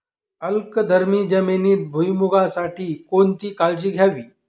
अल्कधर्मी जमिनीत भुईमूगासाठी कोणती काळजी घ्यावी?